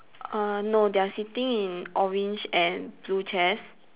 err no they are sitting in orange and blue chairs